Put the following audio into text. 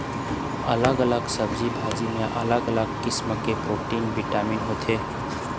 अलग अलग सब्जी भाजी म अलग अलग किसम के प्रोटीन, बिटामिन होथे